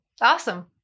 Awesome